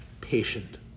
patient